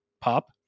pop